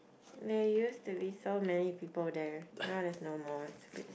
there used to be so many people there now there's no more it's a bit